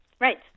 right